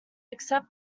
except